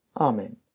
Amen